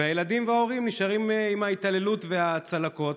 והילדים וההורים נשארים עם ההתעללות והצלקות.